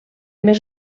més